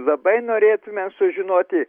labai norėtume sužinoti